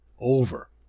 over